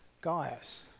Gaius